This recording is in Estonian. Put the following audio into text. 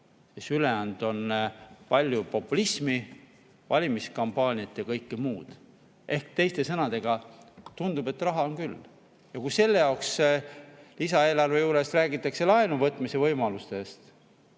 ülejäänud on palju populismi, valimiskampaaniat ja kõike muud. Ehk teiste sõnadega: tundub, et raha on küll. Ja kui selle jaoks lisaeelarve juures räägitakse laenu võtmise võimalusest,